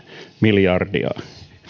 miljardia